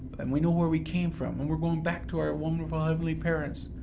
and we know where we came from, and we're going back to our wonderful heavenly parents.